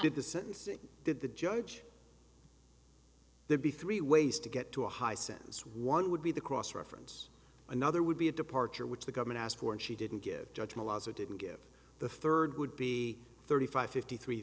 did the sentencing did the judge the b three ways to get to a high sense one would be the cross reference another would be a departure which the government asked for and she didn't give judge will also didn't give the third would be thirty five fifty three